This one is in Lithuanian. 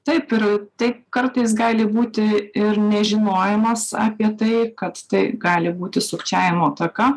taip ir tai kartais gali būti ir nežinojimas apie tai kad tai gali būti sukčiavimo ataka